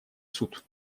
суд